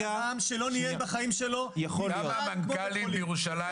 ככה אומר אדם שלא ניהל בחיים שלו מוסד כמו בית חולים.